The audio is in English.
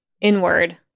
inward